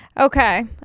Okay